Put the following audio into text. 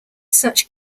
such